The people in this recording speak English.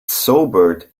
sobered